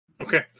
okay